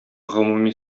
гомуми